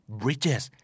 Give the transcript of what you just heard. bridges